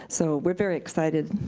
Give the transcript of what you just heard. so we're very excited.